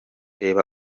reba